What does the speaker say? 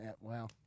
Wow